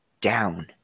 down